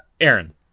Aaron